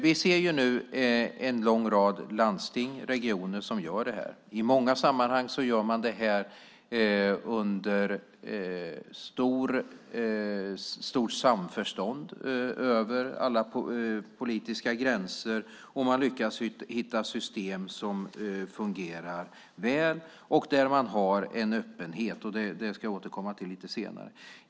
Vi ser nu en lång rad landsting och regioner som gör detta. I många sammanhang gör man det under stort samförstånd över alla politiska gränser, och man lyckas hitta system som fungerar väl och med en öppenhet. Detta ska jag återkomma till lite senare.